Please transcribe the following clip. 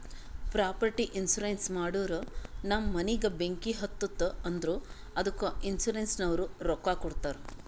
property insurance ಮಾಡೂರ್ ನಮ್ ಮನಿಗ ಬೆಂಕಿ ಹತ್ತುತ್ತ್ ಅಂದುರ್ ಅದ್ದುಕ ಇನ್ಸೂರೆನ್ಸನವ್ರು ರೊಕ್ಕಾ ಕೊಡ್ತಾರ್